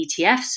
ETFs